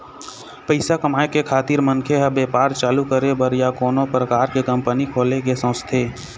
पइसा कमाए खातिर मनखे ह बेपार चालू करे बर या कोनो परकार के कंपनी खोले के सोचथे